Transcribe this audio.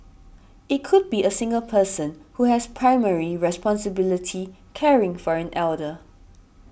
it could be a single person who has primary responsibility caring for an elder